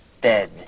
dead